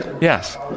Yes